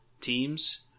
teams